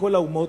לכל האומות,